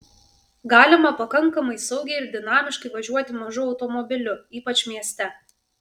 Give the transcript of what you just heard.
galima pakankamai saugiai ir dinamiškai važiuoti mažu automobiliu ypač mieste